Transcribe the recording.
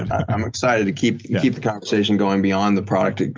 i'm excited to keep keep the conversation going beyond the product.